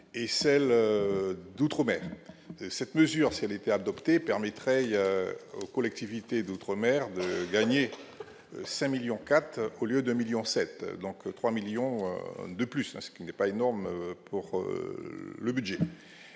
et celle d'outre-mer, cette mesure, si elle était adoptée, permettrait il y a une collectivité d'outre-mer, de gagner 5 millions 4 au lieu 2 millions 7, donc 3 millions de plus à ce qui n'est pas énorme pour le budget